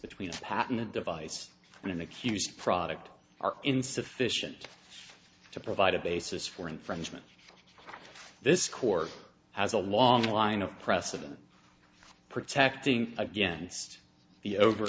between patent a device and an accused product are insufficient to provide a basis for infringement this court has a long line of precedent protecting against the over